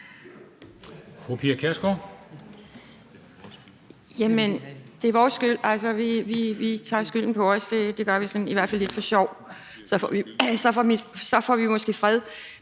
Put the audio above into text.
Jamen det er vores skyld, vi tager skylden på os. Det gør vi i hvert fald sådan lidt for sjov. Så får vi måske fred.